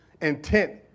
intent